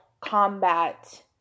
combat